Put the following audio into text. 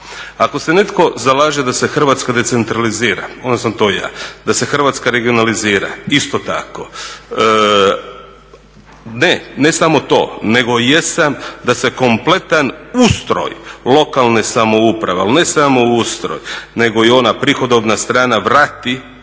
Ako se netko zalaže da se Hrvatska decentralizira onda sam to ja. Da se Hrvatska regionalizira isto tako. Ne, ne samo to nego jesam da se kompletan ustroj lokalne samouprave, al ne samo ustroj, nego i ona prihodovna strana vrati